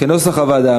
כנוסח הוועדה.